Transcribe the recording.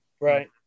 Right